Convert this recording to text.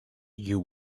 you